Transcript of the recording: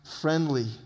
friendly